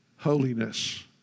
Holiness